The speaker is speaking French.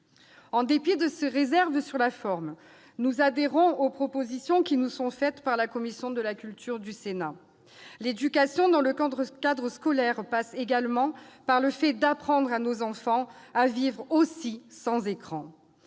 En dépit de ces réserves sur la forme, nous adhérons aux propositions qui nous sont faites par la commission de la culture du Sénat. L'éducation dans le cadre scolaire suppose aussi d'apprendre à nos enfants à vivre sans écran.